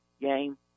game